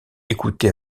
écouté